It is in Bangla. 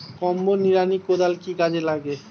কম্বো নিড়ানি কোদাল কি কাজে লাগে?